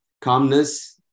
calmness